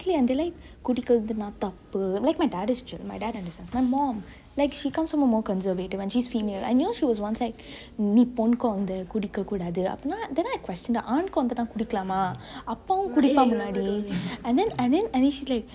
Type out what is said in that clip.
exactly I'm like குடிக்குருதுனா தப்பு:kudikerathunaa tappu like my dad is chill my mum like she comes from more conservative and she's female I knew she was once like நீ பொண் கொழந்த குடிக்க கூடாது அப்பனா:nee pon kolenthe kudikke kudathu appena then I question her ஆண் கொழந்தனா குடிக்கலாமா அப்பாவு குடிப்பாரு முன்னாடி:aan kolenthenaa kudikelaama appavu kudipaaru munnadi and then and then and she's like